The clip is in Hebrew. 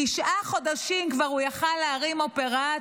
תשעה חודשים כבר הוא היה יכול להרים אופרציה,